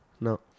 No